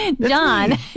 john